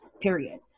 period